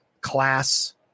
class